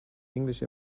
english